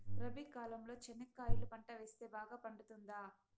రబి కాలంలో చెనక్కాయలు పంట వేస్తే బాగా పండుతుందా?